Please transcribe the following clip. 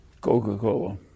Coca-Cola